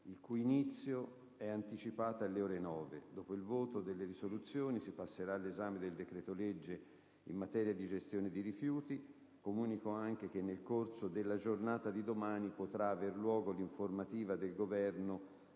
il cui inizio è anticipato alle ore 9. Dopo il voto delle proposte di risoluzione si passerà all'esame del decreto-legge in materia di gestione di rifiuti. Comunico anche che nel corso della giornata di domani potrà aver luogo l'informativa del Governo